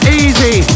easy